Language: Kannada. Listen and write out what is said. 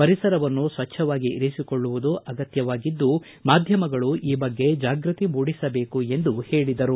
ಪರಿಸರವನ್ನು ಸ್ವಚ್ಛವಾಗಿ ಇರಿಸಿಕೊಳ್ಳುವುದು ಅಗತ್ಯವಾಗಿದ್ದು ಮಾಧ್ಯಮಗಳು ಈ ಬಗ್ಗೆ ಜಾಗೃತಿ ಮೂಡಿಸಬೇಕು ಎಂದು ಹೇಳಿದರು